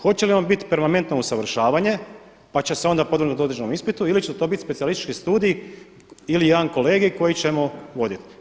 Hoće li on biti permanentno usavršavanje pa će se onda podvrgnuti određenom ispitu, ili će to biti specijalistički studij ili jedan kolegij koji ćemo voditi?